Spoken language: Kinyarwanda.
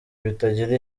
bitagira